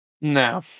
No